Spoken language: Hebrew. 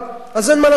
אז אין מה לעשות אתם.